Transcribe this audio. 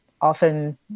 often